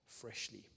freshly